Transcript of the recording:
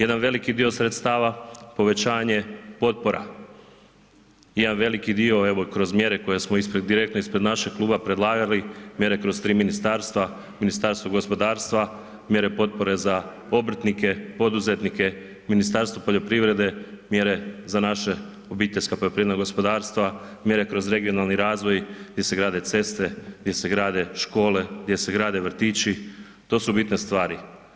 Jedan veliki dio sredstava povećanje potpora, jedan veliki dio evo kroz mjere koje smo direktno ispred našeg kluba predlagali, mjere kroz tri ministarstva, Ministarstvo gospodarstva mjere potpore za obrtnike, poduzetnike, Ministarstvo poljoprivrede mjere za naša OPG-ove, mjere kroz regionalni razvoj gdje se grade ceste, gdje se grade škole, gdje se grade vrtići, to su bitne stvari.